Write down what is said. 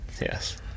Yes